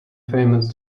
famous